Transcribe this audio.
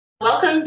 Welcome